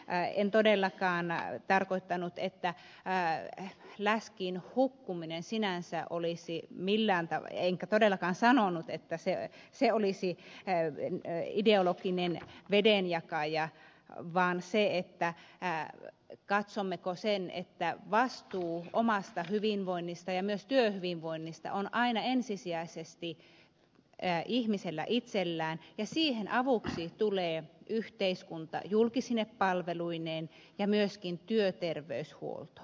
en todellakaan tarkoittanut että läskiin hukkuminen sinänsä olisi millään tavalla enkä todellakaan sanonut että se olisi ideologinen vedenjakaja vaan se että katsommeko että vastuu omasta hyvinvoinnista ja myös työhyvinvoinnista on aina ensisijaisesti ihmisellä itsellään ja siihen avuksi tulee yhteiskunta julkisine palveluineen ja myöskin työterveyshuolto